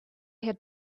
had